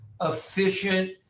efficient